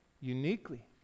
uniquely